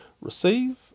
receive